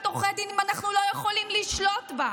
עורכי דין אם אנחנו לא יכולים לשלוט בה?